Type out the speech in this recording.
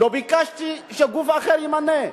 לא ביקשתי שגוף אחר ימנה,